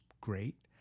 great